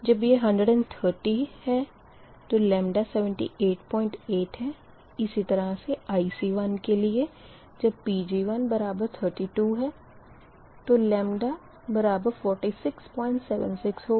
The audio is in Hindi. जब यह 130 है तो λ788 इसी तरह से IC1 के लिए जब Pg132 तो λ4676 होगा